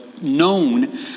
known